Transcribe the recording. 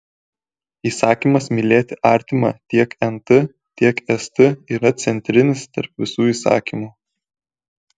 įsakymas mylėti artimą tiek nt tiek st yra centrinis tarp visų įsakymų